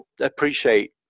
appreciate